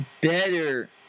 better